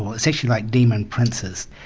was actually like demon princes,